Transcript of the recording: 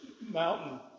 mountain